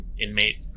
inmate